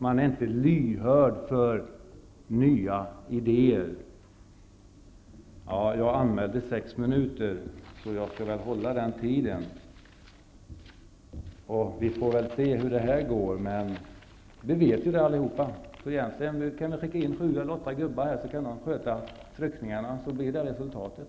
Man är inte lyhörd för nya idéer. Jag anmälde mig för sex minuter, och jag skall väl hålla den tiden. Vi vet allihop hur det här går. Egentligen kunde vi skicka in sju eller åtta gubbar här och låta dem sköta tryckningarna, så får vi fram resultatet.